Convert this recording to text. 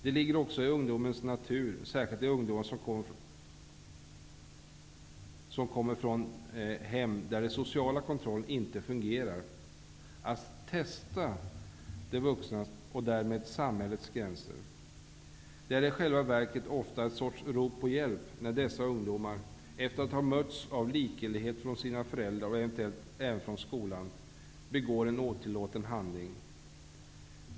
Det ligger också i ungdomens natur, särskilt för de ungdomar som kommer från hem där den sociala kontrollen inte fungerar, att ''testa'' de vuxnas och därmed samhällets gränser. Det är i själva verket ofta en sorts rop på hjälp när dessa ungdomar, efter att ha mötts av likgiltighet från sina föräldrar och eventuellt även från skolan, begår en otillåten handling.